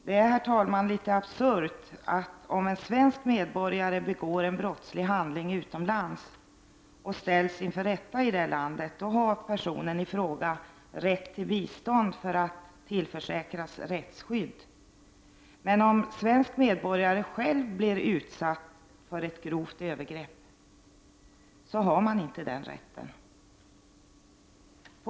Det är, herr talman, litet absurt att om en svensk medborgare begår en brottslig handling utomlands och ställs inför rätta i det landet har personen i fråga rätt till bistånd för att tillförsäkras rättsskydd, men om en svensk medborgare själv blir utsatt för ett grovt övergrepp har han inte den rätten.